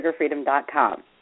sugarfreedom.com